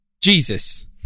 Jesus